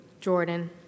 Jordan